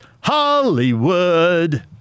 Hollywood